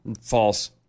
False